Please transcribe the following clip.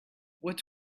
what